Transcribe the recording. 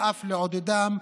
ואף לעודדם,